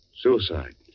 Suicide